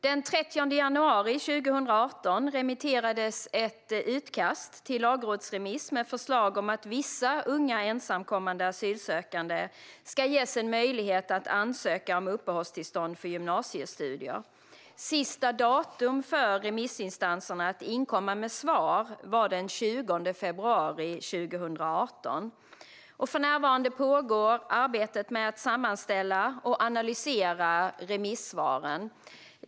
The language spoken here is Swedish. Den 30 januari 2018 remitterades ett utkast till lagrådsremiss med förslag om att vissa unga ensamkommande asylsökande ska ges möjlighet att ansöka om uppehållstillstånd för gymnasiestudier. Sista datum för remissinstanserna att inkomma med svar var den 20 februari 2018. För närvarande pågår arbetet med att sammanställa och analysera remissvaren.